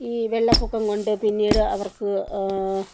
ഈ വെള്ളപ്പൊക്കം കൊണ്ട് പിന്നീട് അവർക്ക്